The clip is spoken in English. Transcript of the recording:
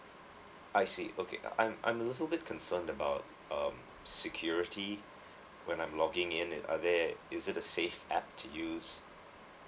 I see okay I'm I'm a little bit concerned about um security when I'm logging in it are there is it the safe app to use